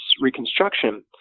Reconstruction